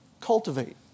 cultivate